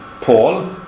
Paul